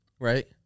right